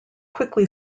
quickly